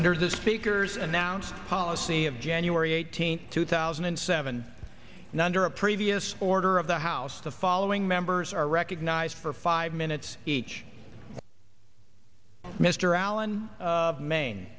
under the speaker's announced policy of january eighteenth two thousand and seven and under a previous order of the house the following members are recognized for five minutes each mr allen of maine